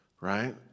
Right